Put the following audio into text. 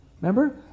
Remember